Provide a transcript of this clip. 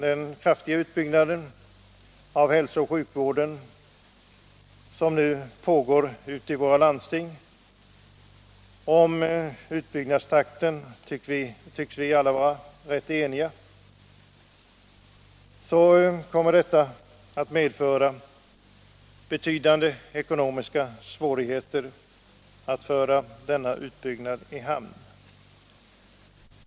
Den kraftiga utbyggnad av hälsooch sjukvården som nu pågår ute i våra landsting — och om takten i denna tycks vi alla vara rätt eniga — kommer att kräva betydande ekonomiska satsningar.